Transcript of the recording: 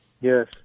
Yes